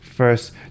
first